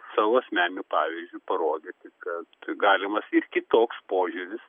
savo asmeniniu pavyzdžiu parodyti kad galimas ir kitoks požiūris